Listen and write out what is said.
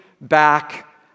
back